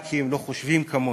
רק כי הם לא חושבים כמונו,